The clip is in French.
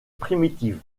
primitive